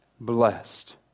blessed